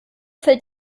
fällt